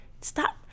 stop